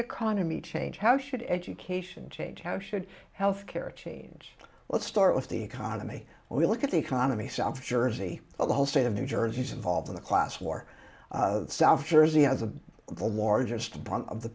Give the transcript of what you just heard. economy change how should education change how should health care change let's start with the economy when we look at the economy south jersey well the whole state of new jersey is involved in the class war south jersey has a cold war just part of the